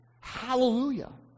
Hallelujah